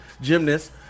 gymnasts